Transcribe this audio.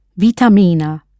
vitamina